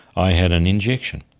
i had an injection.